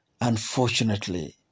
unfortunately